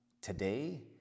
Today